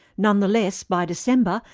nonetheless, by december,